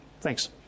thanks